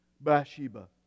Bathsheba